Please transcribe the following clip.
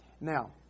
Now